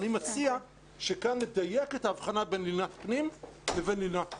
אני מציע שכאן נדייק את ההבחנה בין לינת פנים לבין לינת חוץ.